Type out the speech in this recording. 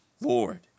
Lord